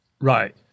Right